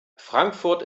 frankfurt